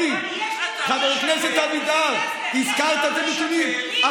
אלי, חבר הכנסת אבידר, הזכרת את הנתונים.